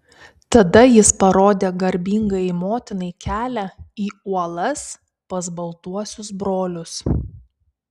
tada jis parodė garbingajai motinai kelią į uolas pas baltuosius brolius